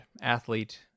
athlete